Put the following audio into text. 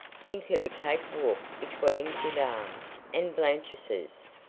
think of a cake-walk between gendarmes and blanchiseuses.